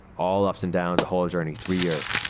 all ups and downs the whole journey. three years.